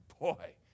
boy